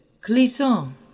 Clisson